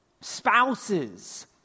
spouses